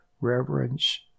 reverence